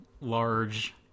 large